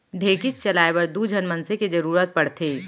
ढेंकीच चलाए बर दू झन मनसे के जरूरत पड़थे